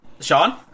Sean